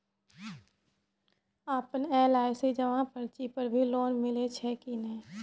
आपन एल.आई.सी जमा पर्ची पर भी लोन मिलै छै कि नै?